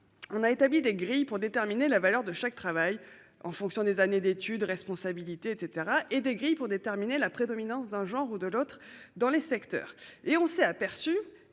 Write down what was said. On a établi des grilles pour déterminer la valeur de chaque travail en fonction des années d'études, responsabilité et etc et des grilles pour déterminer la prédominance d'un genre ou de l'autre dans les secteurs et on s'est aperçu